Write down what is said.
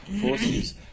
forces